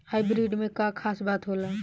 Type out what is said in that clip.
Hybrid में का खास बात होला?